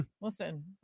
Listen